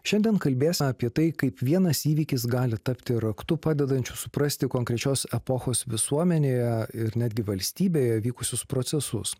šiandien kalbės apie tai kaip vienas įvykis gali tapti raktu padedančiu suprasti konkrečios epochos visuomenėje ir netgi valstybėje vykusius procesus